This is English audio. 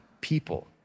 people